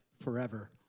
forever